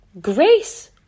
Grace